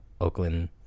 Oakland